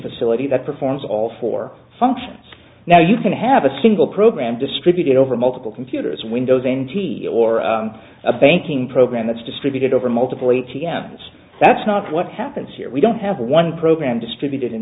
facility that performs all for functions now you can have a single program distributed over multiple computers windows n t or a banking program that's distributed over multiple a t m s that's not what happens here we don't have one program distributed in